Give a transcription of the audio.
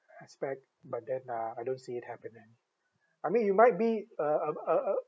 aspect but then uh I don't see it happen ah I mean it might be uh uh uh uh